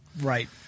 Right